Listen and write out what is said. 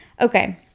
Okay